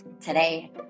Today